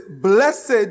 Blessed